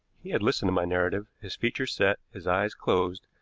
he had listened to my narrative, his features set, his eyes closed,